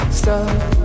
stop